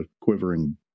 quivering